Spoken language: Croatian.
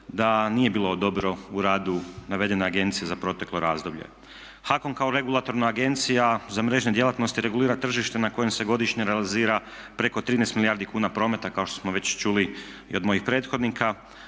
da nije bilo dobro u radu navedene agencije za proteklo razdoblje. HAKOM kao regulatorna agencija za mrežne djelatnosti regulira tržište na kojem se godišnje realizira preko 13 milijardi kuna prometa kao što smo već čuli i od mojih prethodnika.